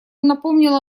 напомнила